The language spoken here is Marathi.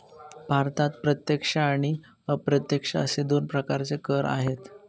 भारतात प्रत्यक्ष आणि अप्रत्यक्ष असे दोन प्रकारचे कर आहेत